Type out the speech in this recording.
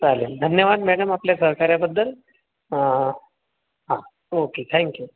चालेल धन्यवाद मॅनम आपल्या सहकार्याबद्दल हां ओके थॅंक्यू